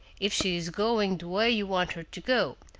if she is going the way you want her to go,